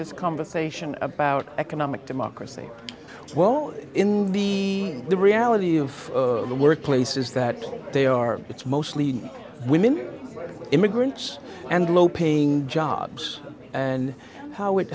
this conversation about economic democracy well in the the reality of the workplace is that they are it's mostly women immigrants and low paying jobs and how it